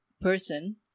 person